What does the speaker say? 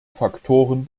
faktoren